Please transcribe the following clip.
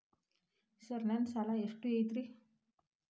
Sir ನನ್ನ ಸಾಲಾ ಎಷ್ಟು ಐತ್ರಿ?